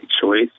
choice